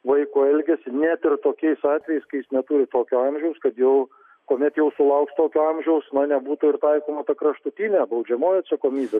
vaiko elgesį net ir tokiais atvejais kai jis neturi tokio amžiaus kad jau kuomet jau sulauks tokio amžiaus na nebūtų ir taikoma ta kraštutinė baudžiamoji atsakomybė